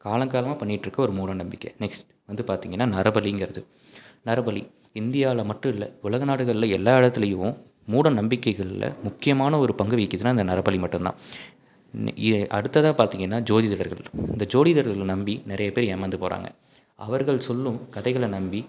காலங்காலமாக பண்ணிட்டிருக்க ஒரு மூடநம்பிக்கை நெக்ஸ்ட் வந்து பார்த்திங்கன்னா நரபலிங்கிறது நரபலி இந்தியாவில் மட்டும் இல்லை உலக நாடுகளில் எல்லா இடத்துலையும் மூடநம்பிக்கைகளில் முக்கியமான ஒரு பங்கு வகிக்கிறதுனா அந்த நரபலி மட்டும் தான் இன்ன இ அடுத்ததாக பார்த்திங்கன்னா ஜோதிடர்கள் இந்த ஜோதிடர்களை நம்பி நிறைய பேர் ஏமாந்து போகிறாங்க அவர்கள் சொல்லும் கதைகளை நம்பி